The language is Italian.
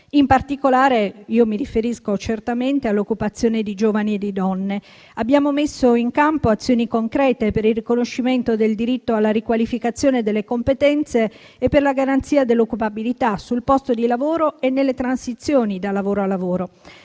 In particolare, mi riferisco certamente all'occupazione di giovani e donne: abbiamo messo in campo azioni concrete per il riconoscimento del diritto alla riqualificazione delle competenze e per la garanzia dell'occupabilità sul posto di lavoro e nelle transizioni da lavoro a lavoro.